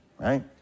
right